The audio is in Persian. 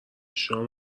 شام